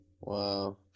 Wow